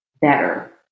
better